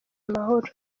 amahoro